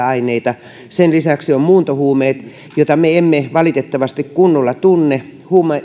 aineita sen lisäksi ovat muuntohuumeet joita me emme valitettavasti kunnolla tunne